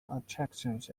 attractions